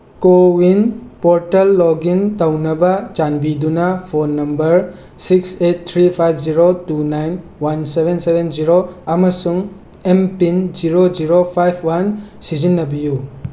CoWIN portal login ꯇꯧꯅꯕ ꯆꯥꯟꯕꯤꯗꯨꯅ phone number six eight three five zero two nine one seven seven zero ꯑꯃꯁꯨꯡ M PIN zero zero five one ꯁꯤꯖꯤꯟꯅꯕꯤꯌꯨ